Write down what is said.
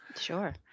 Sure